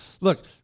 Look